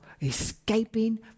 escaping